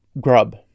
Grub